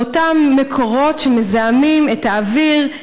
מאותם מקורות שמזהמים את האוויר,